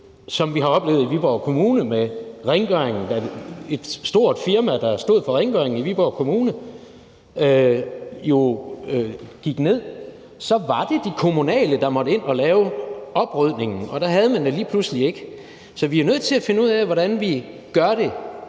som vi har oplevet i Viborg Kommune med rengøringen. Der var jo et stort firma, der stod for rengøring i Viborg Kommune, som gik ned, og så var det de kommunale, der måtte ind at lave oprydningen, og der havde man det lige pludselig ikke. Så vi er nødt til at finde ud af, hvordan vi gør det